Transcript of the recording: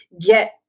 get